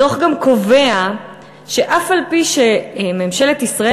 הדוח גם קובע שאף-על-פי שממשלת ישראל